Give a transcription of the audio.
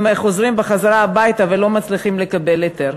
והם חוזרים הביתה ולא מצליחים לקבל היתר.